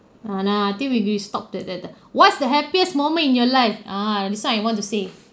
ah nah I think we we stopped that that that what's the happiest moment in your life ah this one I want to say